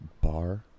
bar